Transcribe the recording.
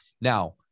Now